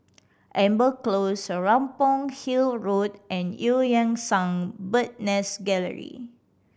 Amber Close Serapong Hill Road and Eu Yan Sang Bird Nest Gallery